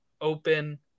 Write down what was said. Open